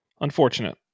unfortunate